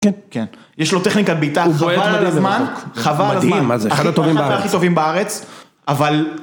כן, יש לו טכניקת בעיטה, חבל על הזמן, חבל על הזמן, אחד הטובים בארץ, אבל